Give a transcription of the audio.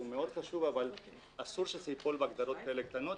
אבל אסור שזה ייפול בהגדרות כאלה קטנות,